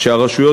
שהרשויות